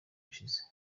gushize